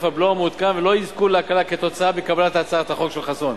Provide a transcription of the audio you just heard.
הבלו המעודכן ולא יזכו להקלה כתוצאה מקבלת הצעת החוק של חסון.